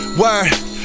word